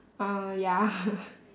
uh ya